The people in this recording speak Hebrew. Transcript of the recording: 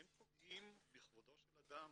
אין פוגעים בכבודו של אדם.